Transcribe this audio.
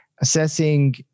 assessing